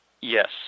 Yes